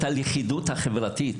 את הלכידות החברתית.